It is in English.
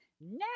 Now